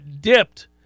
dipped